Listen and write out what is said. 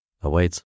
awaits